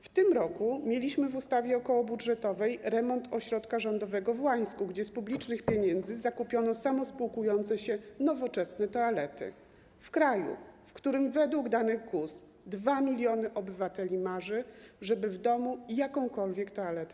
W tym roku mieliśmy w ustawie okołobudżetowej ujęty remont ośrodka rządowego w Łańsku, gdzie z publicznych pieniędzy zakupiono samospłukujące się, nowoczesne toalety - w kraju, w którym według danych GUS 2 mln obywateli marzy, żeby posiadać w domu jakąkolwiek toaletę.